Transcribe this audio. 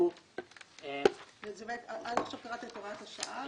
שהוא --- עד עכשיו קראת את הוראת השעה,